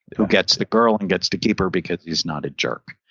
who gets the girl and gets to keep her because he's not a jerk?